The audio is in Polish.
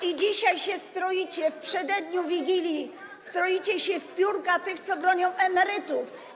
I dzisiaj się stroicie w przededniu Wigilii, stroicie się w piórka tych, którzy bronią emerytów.